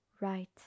right